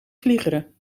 vliegeren